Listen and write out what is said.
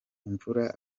imvura